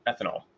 ethanol